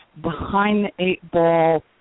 behind-the-eight-ball